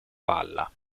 palla